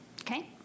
Okay